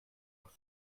doch